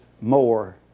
more